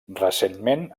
recentment